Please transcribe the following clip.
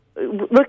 look